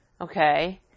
Okay